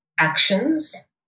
actions